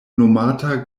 nomata